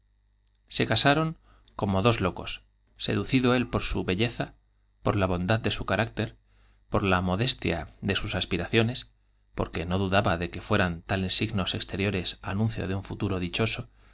se casaron como dos locos seducido él por su be lleza por la bondad de su carácter por la modestia de sus aspiraciones porque no dudabá de que fueran tales signos exteriores anuncio de un futuro dichoso